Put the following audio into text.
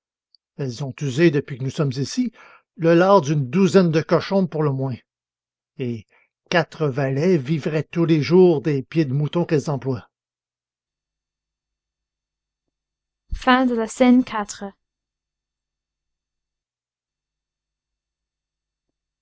elles ont usé depuis que nous sommes ici le lard d'une douzaine de cochons pour le moins et quatre valets vivraient tous les jours des pieds de mouton qu'elles emploient